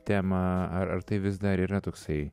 temą ar ar tai vis dar yra toksai